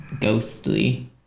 ghostly